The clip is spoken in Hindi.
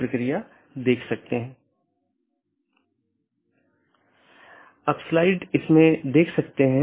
जो हम चर्चा कर रहे थे कि हमारे पास कई BGP राउटर हैं